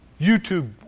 YouTube